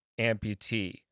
amputee